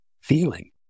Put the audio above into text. feeling